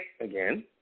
again